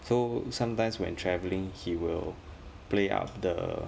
so sometimes when travelling he will play up the